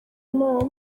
imana